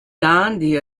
gandhi